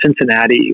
Cincinnati